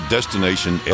Destination